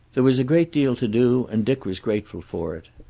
there was a great deal to do, and dick was grateful for it.